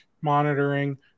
monitoring